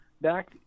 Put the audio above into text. back